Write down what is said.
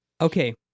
Okay